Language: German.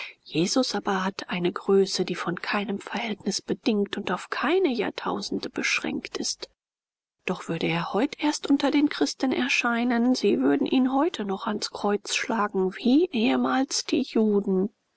jesus aber hat eine größe die von keinem verhältnisse bedingt und auf keine jahrtausende beschränkt ist doch würde er heut erst unter den christen erscheinen sie würden ihn heute noch ans kreuz schlagen wie ehemals die juden